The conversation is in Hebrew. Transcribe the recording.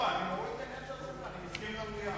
אני מוותר על ההסרה ומסכים למליאה.